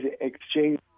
exchange